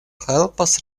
helpas